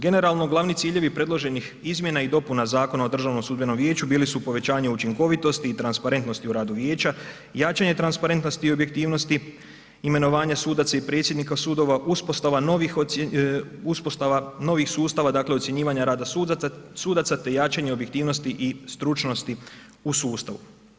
Generalno glavni ciljevi predloženih izmjena i dopuna Zakona o Državnom sudbenom vijeću bili su povećanje učinkovitosti i transparentnosti u radu vijeća, jačanje transparentnosti i objektivnosti, imenovanje sudaca i predsjednika suda, uspostava novih, uspostava novih sustava dakle ocjenjivanje rada sudaca te jačanje objektivnosti i stručnosti u sustavu.